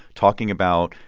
talking about,